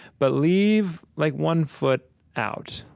but leave like one foot out.